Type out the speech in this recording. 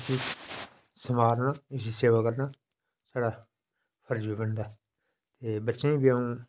इसी संभारना इसदी सेवा करना साढ़ा फर्ज बी बनदा ते बच्चें गी बी अऊं